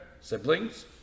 siblings